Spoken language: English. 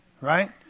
right